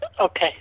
Okay